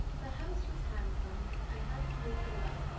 the house was handsome, and handsomely fitted up,